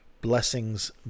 Blessings